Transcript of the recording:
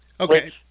Okay